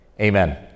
Amen